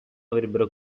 avrebbero